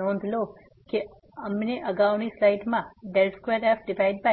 નોંધ લો કે અમને અગાઉની સ્લાઇડમાં 2f∂x∂y1